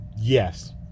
yes